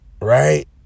right